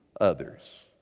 others